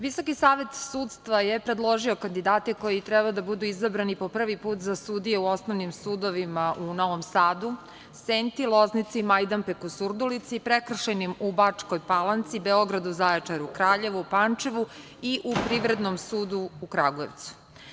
Visoki savet sudstva je predložio kandidate koji treba da budu izabrani po prvi put za sudije u osnovnim sudovima u Novom Sadu, Senti, Loznici, Majdanpeku, Surdulici, prekršajnim u Bačkoj Palanci, Beogradu, Zaječaru, Kraljevu, Pančevu i u Privrednom sudu u Kragujevcu.